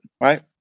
right